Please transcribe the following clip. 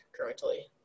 currently